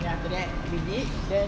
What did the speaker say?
then after that he did then